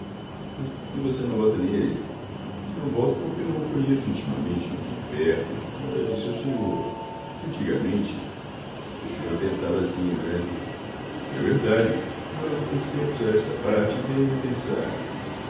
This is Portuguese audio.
por que você não vota nele não voto porque não o conheço intimamente de perto como já disse ao senhor antigamente você não pensava assim não é é verdade mas de uns tempos a esta parte dei em pensar